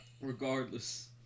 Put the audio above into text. Regardless